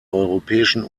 europäischen